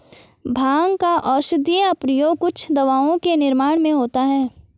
भाँग का औषधीय प्रयोग कुछ दवाओं के निर्माण में होता है